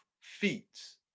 feats